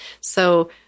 so-